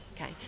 Okay